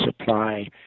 supply